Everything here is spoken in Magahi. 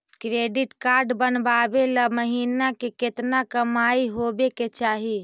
क्रेडिट कार्ड बनबाबे ल महीना के केतना कमाइ होबे के चाही?